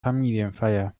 familienfeier